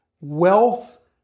wealth